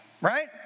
right